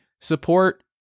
Support